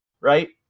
right